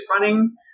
running